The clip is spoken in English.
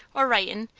or writin',